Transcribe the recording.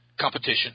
competition